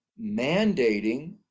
mandating